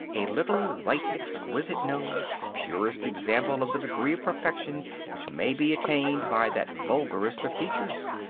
a little, white, exquisite nose, purest example of the degree of perfection which may be attained by that vulgarest of features.